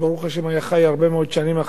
חי הרבה מאוד שנים אחרי התרומה